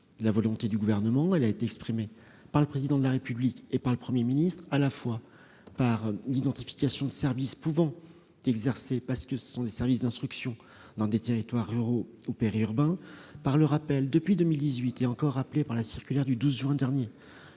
la volonté du Gouvernement, exprimée par le Président de la République et par le Premier ministre, à la fois d'identifier les services pouvant être exercés, parce que ce sont des services d'instruction, dans des territoires ruraux ou périurbains, et de rappeler, comme il le fait depuis 2018, et encore récemment par la circulaire du 12 juin dernier,